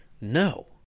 No